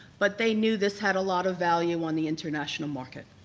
but they knew this had a lot of value on the international market.